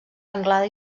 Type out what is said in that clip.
anglada